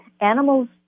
animals